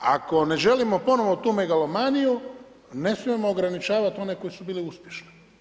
Ako ne želimo ponovno tu megalomaniju, ne smijemo ograničavati one koji su bili uspješni.